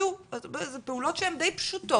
זה פעולות שהן די פשוטות.